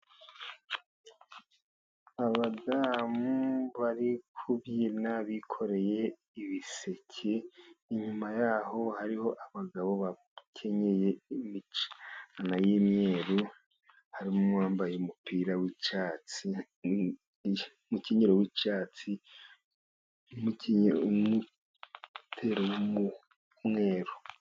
Abadamu bari kubyina bikoreye ibiseke inyuma yaho hariho abagabo bakenyeye y'imikemyero y'umweru harimo uwambaye umupira w'icyatsi n'umukenyeraro w'icyatsi umukimyero umwitero w'umweru.